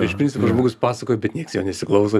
iš principo žmogus pasakoja bet nieks jo nesiklauso